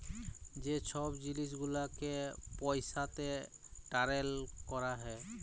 যে ছব জিলিস গুলালকে পইসাতে টারেল ক্যরা হ্যয়